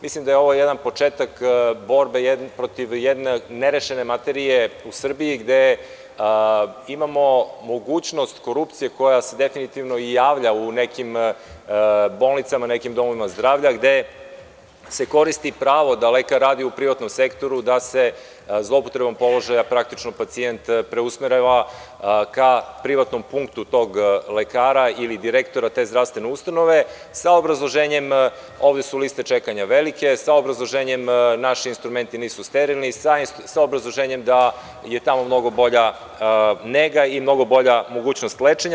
Mislim da je ovo jedan početak borbe protiv jedne nerešene materije u Srbiji, gde imamo mogućnost korupcije koja se definitivno i javlja u nekim bolnicama, nekim domovima zdravlja, gde se koristi pravo da lekar radi u privatnom sektoru, da se zloupotrebom položaja praktično pacijent preusmerava ka privatnom punktu tog lekara ili direktora te zdravstvene ustanove, sa obrazloženjem – ovde su liste čekanja velike, sa obrazloženjem – naši instrumenti nisu sterilni, sa obrazloženjem da je tamo mnogo bolja nega i mnogo bolja mogućnost lečenja.